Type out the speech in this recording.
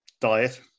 diet